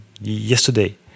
yesterday